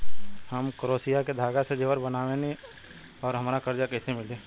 हम क्रोशिया के धागा से जेवर बनावेनी और हमरा कर्जा कइसे मिली?